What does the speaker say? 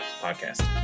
podcast